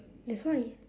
that's why